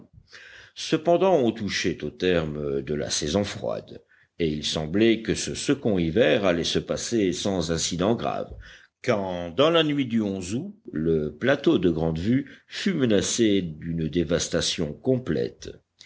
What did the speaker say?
cependant on touchait au terme de la saison froide et il semblait que ce second hiver allait se passer sans incident grave quand dans la nuit du août le plateau de grande vue fut menacé d'une dévastation complète